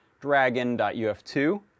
Dragon.uf2